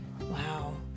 Wow